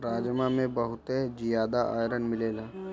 राजमा में बहुते जियादा आयरन मिलेला